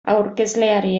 aurkezleari